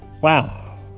Wow